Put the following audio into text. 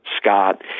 Scott